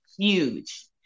huge